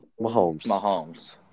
Mahomes